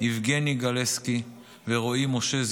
יבגני גלסקי ורועי משה,